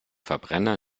verbrenner